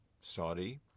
Saudi